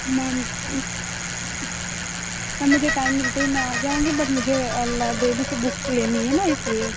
ma'am ma'am मुझे time मिलते ही मैं आ जाऊँगी बट मुझे लाइब्रेरी की बुक्स लेनी हैं ना इसलिए